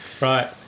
Right